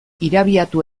irabiatu